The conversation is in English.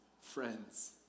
Friends